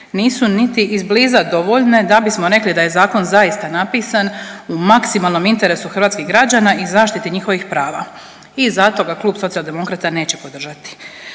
nisu niti iz bliza dovoljne da bismo rekli da je zakon zaista napisan u maksimalnom interesu hrvatskih građana i zaštiti njihovih prava i zato ga klub Socijaldemokrata neće podržati.